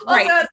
Right